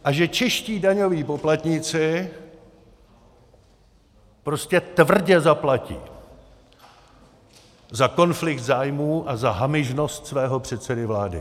A že čeští daňoví poplatníci prostě tvrdě zaplatí za konflikt zájmů a za hamižnost svého předsedy vlády.